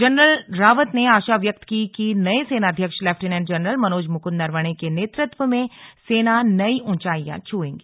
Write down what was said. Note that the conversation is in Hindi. जनरल रावत ने आशा व्यक्त की कि नए सेनाध्यक्ष लेफ्टिनेंट जनरल मनोज मुकुंद नरवणे के नेतृत्व में सेना नई ऊंचाइयां छूएगी